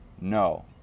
no